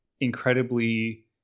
incredibly